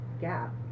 gap